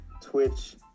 Twitch